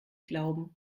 glauben